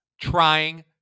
trying